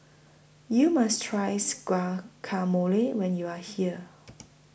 YOU must tries Guacamole when YOU Are here